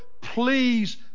please